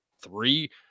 three